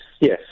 yes